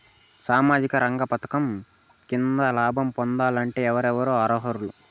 సామాజిక రంగ పథకం కింద లాభం పొందాలంటే ఎవరెవరు అర్హులు?